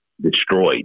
destroyed